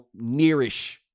nearish